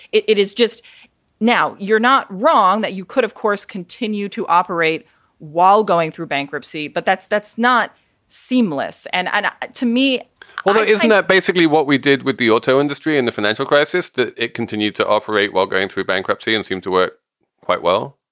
it it is just now. you're not wrong that you could, of course, continue to operate while going through bankruptcy. but that's that's not seamless. and and to me well, isn't that basically what we did with the auto industry and the financial crisis that it continued to operate while going through bankruptcy and seemed to work quite well?